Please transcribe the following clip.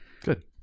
Good